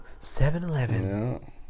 7-Eleven